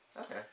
Okay